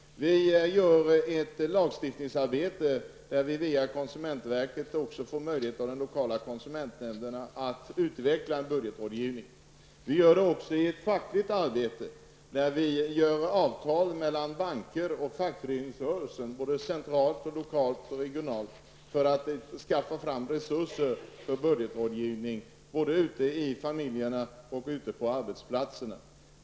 Vi gör ett lagstiftningsarbete där vi via konsumentverket också får möjlighet i de kommunala konsumentnämnderna att utveckla en budgetrådgivning. Vi gör det också i ett fackligt arbete, där vi skapar avtal mellan banker och fackföreningsrörelsen centralt, lokalt och regionalt för att skaffa fram resurser för budgetrådgivning ute i familjerna och på arbetsplatserna.